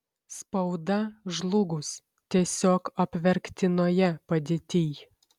spauda žlugus tiesiog apverktinoje padėtyj